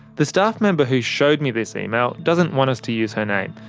the staff member who showed me this email doesn't want us to use her name.